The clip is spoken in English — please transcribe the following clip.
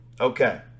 Okay